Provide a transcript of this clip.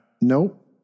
Nope